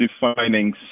defining